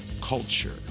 culture